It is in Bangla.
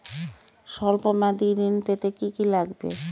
সল্প মেয়াদী ঋণ পেতে কি কি লাগবে?